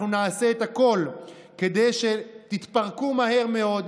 אנחנו נעשה את הכול כדי שתתפרקו מהר מאוד,